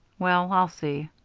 well, i'll see.